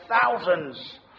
thousands